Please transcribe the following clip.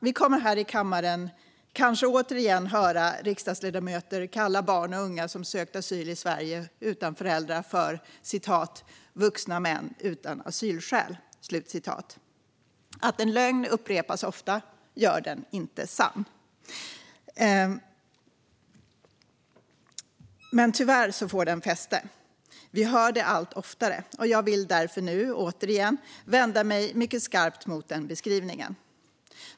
Vi kommer i kammaren kanske återigen höra riksdagsledamöter kalla barn och unga som sökt asyl i Sverige utan föräldrar för vuxna män utan asylskäl. Att en lögn upprepas ofta gör den inte sann. Men tyvärr får den fäste, och vi hör den allt oftare. Jag vill därför återigen vända mig mycket skarpt mot denna beskrivning.